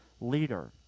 leader